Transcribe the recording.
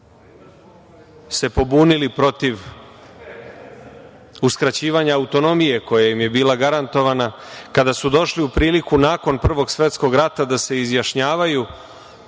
se pobunili protiv uskraćivanja autonomije koja im je bila garantovana, kada su došli u priliku nakon Prvog svetskog rata da se izjašnjavaju,